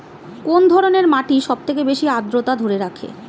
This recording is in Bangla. কোন ধরনের মাটি সবথেকে বেশি আদ্রতা ধরে রাখে?